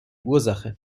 ursache